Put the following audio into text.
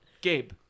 Gabe